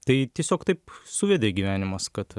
tai tiesiog taip suvedė gyvenimas kad